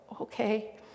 okay